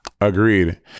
Agreed